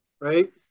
right